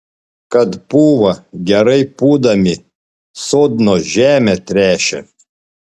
kad pūva gerai pūdami sodno žemę tręšia